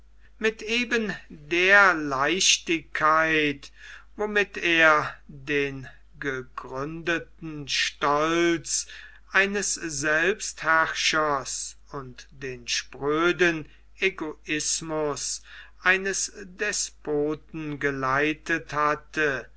mit eben der leichtigkeit womit er den gegründeten stolz eines selbstherrschers und den spröden egoismus eines despoten geleitet hatte